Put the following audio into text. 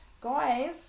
guys